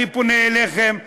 אני פונה אליכם: